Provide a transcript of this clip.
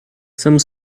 some